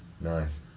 Nice